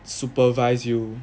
supervise you